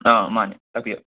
ꯑ ꯃꯥꯅꯦ ꯇꯥꯛꯄꯤꯌꯨ